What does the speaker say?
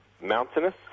mountainous